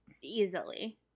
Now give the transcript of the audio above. easily